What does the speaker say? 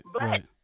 right